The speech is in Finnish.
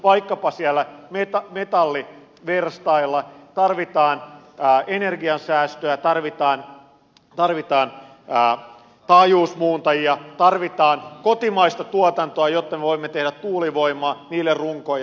vaikkapa siellä metalliverstailla tarvitaan energiansäästöä tarvitaan taajuusmuuntajia tarvitaan kotimaista tuotantoa jotta me voimme tehdä tuulivoimaa niille runkoja